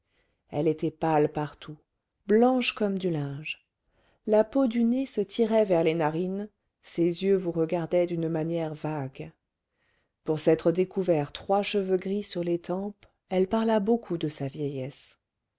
elle était pâle partout blanche comme du linge la peau du nez se tirait vers les narines ses yeux vous regardaient d'une manière vague pour s'être découvert trois cheveux gris sur les tempes elle parla beaucoup de sa vieillesse